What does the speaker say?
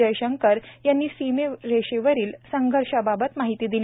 जयशंकर यांनी सीमारेषेवरील संघर्षाबाबत माहिती दिली